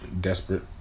desperate